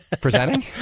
Presenting